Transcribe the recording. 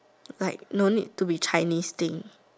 like don't need to be Chinese thing